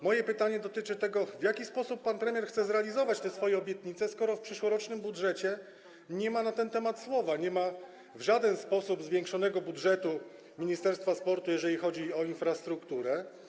Moje pytanie dotyczy tego, w jaki sposób pan premier chce zrealizować te swoje obietnice, skoro w przyszłorocznym budżecie nie ma na ten temat słowa, nie ma w żaden sposób zwiększonego budżetu ministerstwa sportu, jeżeli chodzi o infrastrukturę.